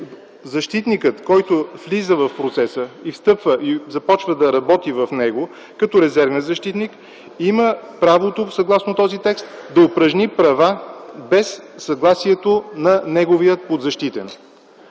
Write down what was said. защитникът, който влиза в процеса, встъпва и започва да работи в него като резервен защитник има правото, съгласно този текст, да упражни права без съгласието на неговия подзащитен.